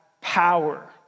power